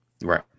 Right